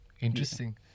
Interesting